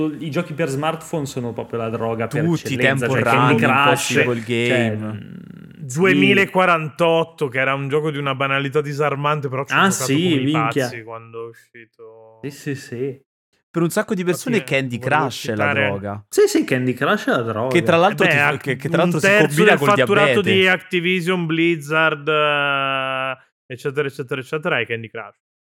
i giochi per smartphone sono proprio la droga per Tutti, eccellenza, Temple cioè Candy Run, Crush, Impossible cioè, Game. mm. 2048, che era un gioco di una banalità disarmante, però ci ho Ah, giocato come sì, i minchia. pazzi quando è uscito. Sì, sì, sì. Per un sacco di Infatti, persone eh, Candy voglio Crush è la citare- droga. Sì, sì, Candy Crush è la Che droga. tra Eh l'altro beh, ti fa- ac- che- che tra un l'altro si terzo combina del col fatturato diabete. di Activision, Blizzard, eh, eccetera, eccetera, eccetera, è Candy Crush.